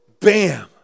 Bam